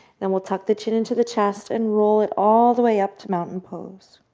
then we'll tuck the chin into the chest and roll it all the way up to mountain pose.